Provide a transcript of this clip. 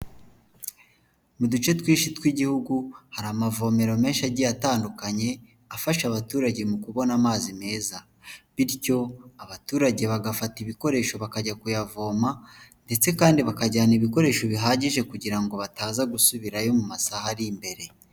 Mu duce twinshi tw'igihugu hari amavomero menshi agiye atandukanye afasha abaturage mu kubona amazi meza bityo abaturage bagafata ibikoresho bakajya kuyavoma ndetse kandi bakajyana ibikoresho bihagije kugira ngo bataza gusubirayo mu masaha ari imbere.